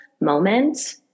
moment